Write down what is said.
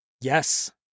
Yes